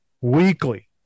weekly